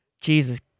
Jesus